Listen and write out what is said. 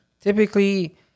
typically